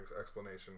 explanation